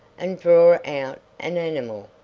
and draw out an animal,